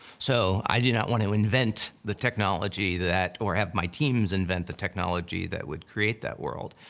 so, i do not want to invent the technology that, or have my teams invent the technology that would create that world.